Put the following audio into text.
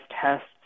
tests